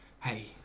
hey